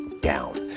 down